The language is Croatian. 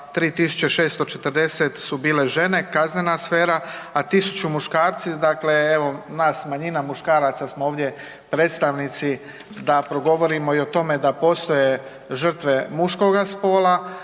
3640 su bile žene kaznena sfera, a 1000 muškarci, dakle evo nas manjina muškaraca smo ovdje predstavnici da progovorimo i o tome da postoje žrtve muškoga spola,